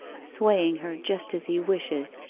swaying her just as he wishes!